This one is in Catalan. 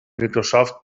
microsoft